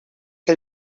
que